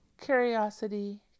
curiosity